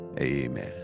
amen